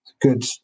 good